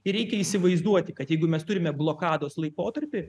ir reikia įsivaizduoti kad jeigu mes turime blokados laikotarpį